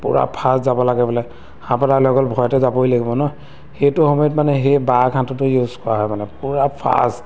পূৰা ফাষ্ট যাব লাগে বোলে সাপ এটা ওলাই গ'ল ভয়তে যাবই লাগিব ন সেইটো সময়ত মানে সেই বাঘ সাঁতোৰটো ইউজ কৰা হয় মানে পূৰা ফাষ্ট